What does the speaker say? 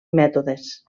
mètodes